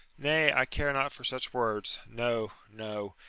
nay, i care not for such words no, no.